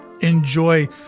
enjoy